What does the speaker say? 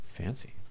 Fancy